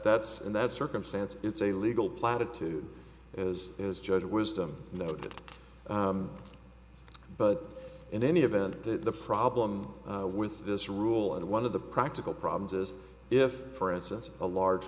that's and that circumstance it's a legal platitude as is judge wisdom noted but in any event the problem with this rule and one of the practical problems is if for instance a large